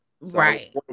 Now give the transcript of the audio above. right